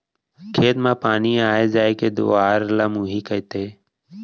खेत म पानी आय जाय के दुवार ल मुंही कथें